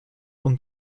und